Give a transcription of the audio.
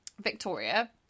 Victoria